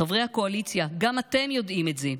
חברי הקואליציה, גם אתם יודעים את זה.